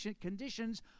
conditions